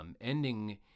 ending